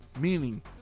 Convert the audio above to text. meaning